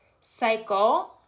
cycle